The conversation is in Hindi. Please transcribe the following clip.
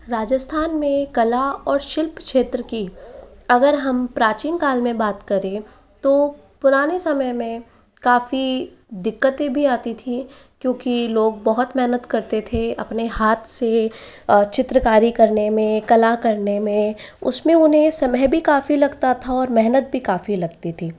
राजस्थान में कला और शिल्प क्षेत्र की अगर हम प्राचीन काल में बात करें तो पुराने समय में काफ़ी दिक्कतें भी आती थी क्योंकि लोग बहुत मेहनत करते थे अपने हाथ से चित्रकारी करने में कला करने में उसमें उन्हें समय भी काफ़ी लगता था मेहनत भी काफ़ी लगती थी